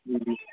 जी जी